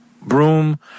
broom